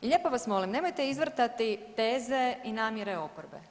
I lijepo vas molim nemojte izvrtati teze i namjere oporbe.